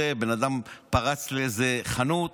בן אדם פרץ לאיזו חנות,